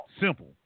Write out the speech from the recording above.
Simple